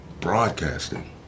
Broadcasting